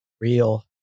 Real